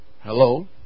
Hello